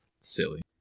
Silly